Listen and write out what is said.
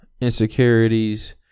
insecurities